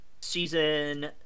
Season